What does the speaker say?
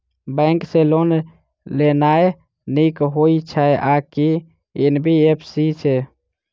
Bank सँ loan लेनाय नीक होइ छै आ की एन.बी.एफ.सी सँ?